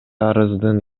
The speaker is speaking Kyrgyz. арыздын